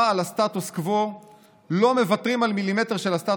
לא צריך להוריד.